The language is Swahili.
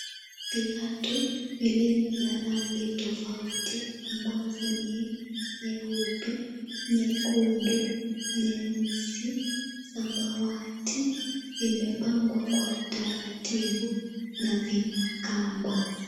Viatu, vilivyo na rangi tofauti ambazo ni nyeupe, nyekundu, nyeusi, samawati, vimepangwa kwa utaratibu na vina kamba.